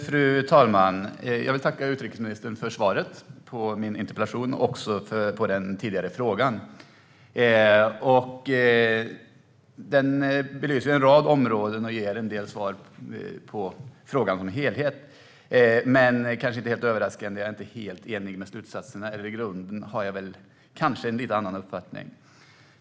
Fru talman! Jag vill tacka utrikesministern för svaret på min interpellation och också för svaret på den tidigare frågan. Det belyser en rad områden och ger en del svar på frågan som helhet, men inte helt överraskande är jag inte riktigt enig om slutsatserna. I grunden har jag en lite annan uppfattning.